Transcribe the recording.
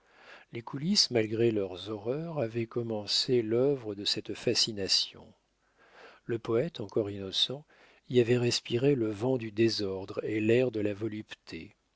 les coulisses malgré leurs horreurs avaient commencé l'œuvre de cette fascination le poète encore innocent y avait respiré le vent du désordre et l'air de la volupté